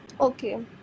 Okay